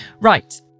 Right